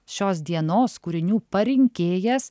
šios dienos kūrinių parinkėjas